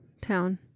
Town